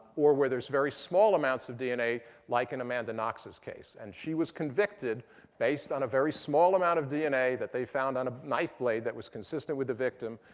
or whether it's very small amounts of dna like in amanda knox's case. and she was convicted based on a very small amount of dna that they found on a knife blade that was consistent with the victim.